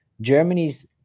Germany's